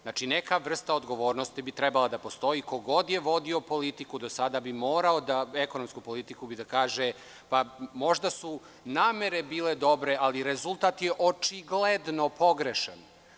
Znači, neka vrsta odgovornosti bi trebala da postoji i ko god je vodio ekonomsku politiku do sada bi morao da kaže – možda su namere bile dobre, ali rezultat je očigledno pogrešan.